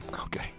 Okay